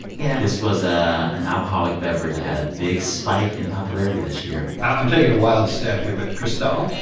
you know. this was ah an alcoholic beverage that had a big spike in popularity this year i'm taking a wild stab here, but cristal